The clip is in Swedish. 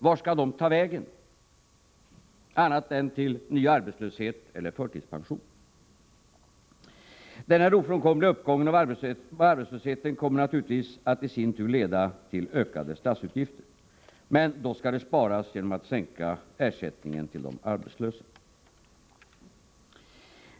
Vart skall de ta vägen, annat än till ny arbetslöshet eller förtidspension? Den här ofrånkomliga uppgången av arbetslösheten kommer naturligtvis att i sin tur leda till ökade statsutgifter. Men då skall man spara genom att sänka ersättningen till de arbetslösa.